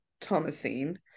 Thomasine